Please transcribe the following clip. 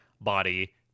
body